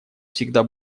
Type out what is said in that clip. всегда